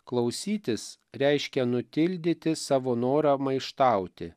klausytis reiškia nutildyti savo norą maištauti